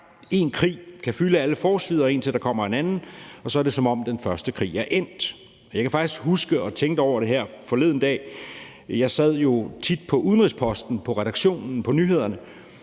En krig kan fylde alle forsider, indtil der kommer en anden, og så er det, som om den første krig er endt. Jeg kan faktisk huske – jeg tænkte over det her forleden dag – at jeg jo tit sad på udenrigsposten på redaktionen på nyhederne,